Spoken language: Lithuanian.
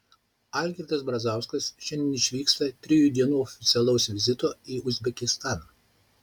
algirdas brazauskas šiandien išvyksta trijų dienų oficialaus vizito į uzbekistaną